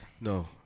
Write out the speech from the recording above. no